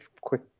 quick